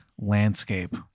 landscape